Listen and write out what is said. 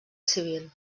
civil